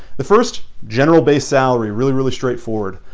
the first, general base salary really, really straightforward.